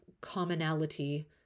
commonality